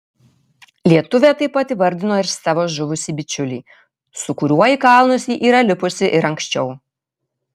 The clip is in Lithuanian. lietuvė taip pat įvardino ir savo žuvusį bičiulį su kuriuo į kalnus ji yra lipusi ir anksčiau